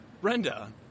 Brenda